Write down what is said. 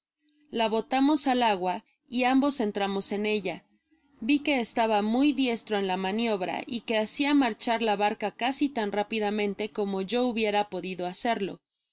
la botamos al agua y ambos entramos en ella vi que estaba muy diestro en la maniobra y que hacia marchar la barca casi tan rápidamente como yo hubiera podido hacerlo